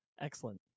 excellent